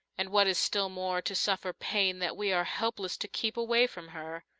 and, what is still more, to suffer pain that we are helpless to keep away from her.